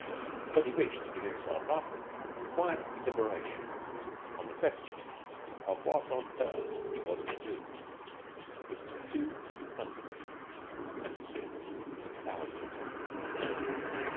but he wished to give himself up to quiet deliberation on the question of what on earth he was to do with two hundred and fifty thousand pounds,